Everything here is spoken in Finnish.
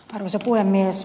arvoisa puhemies